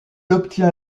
obtient